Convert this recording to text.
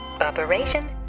Operation